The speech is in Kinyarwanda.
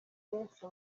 benshi